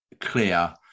clear